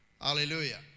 Hallelujah